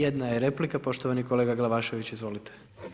Jedna je replika, poštovani kolega Glavašević, izvolite.